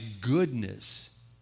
goodness